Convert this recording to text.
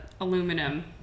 aluminum